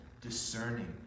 discerning